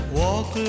walk